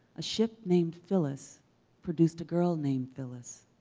a ship named phyllis produced a girl named phyllis.